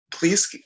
Please